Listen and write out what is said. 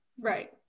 Right